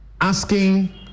asking